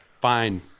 Fine